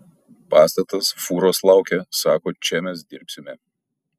pastatas fūros laukia sako čia mes dirbsime